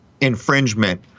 infringement